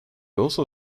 also